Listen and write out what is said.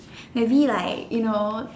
maybe like you know